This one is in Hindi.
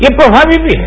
ये प्रभावी भी हैं